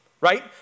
right